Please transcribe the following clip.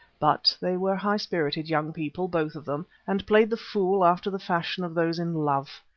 but they were high-spirited young people, both of them, and played the fool after the fashion of those in love.